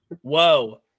Whoa